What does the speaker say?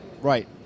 Right